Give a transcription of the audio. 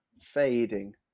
fading